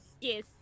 Yes